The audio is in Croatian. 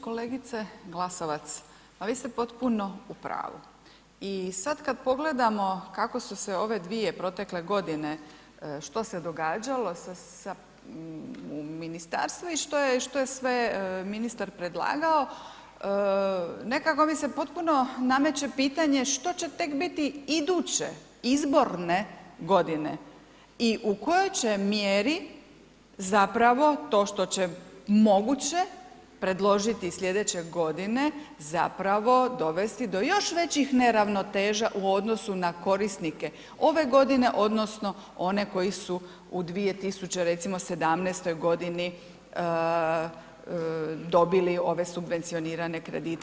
Kolegice Glasovac, pa vi ste potpuno u pravu i sad kad pogledamo kako su se ove dvije protekle godine što se događalo sa, u ministarstvu i što je sve ministar predlagao, nekako mi se potpuno nameće pitanje što će tek biti iduće izborne godine i u kojoj će mjeri zapravo to što će moguće predložiti slijedeće godine zapravo dovesti do još većih neravnoteža u odnosu na korisnike ove godine odnosno one koji su u 2017. recimo dobili ove subvencionirane kredite.